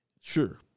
Sure